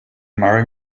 marry